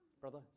brother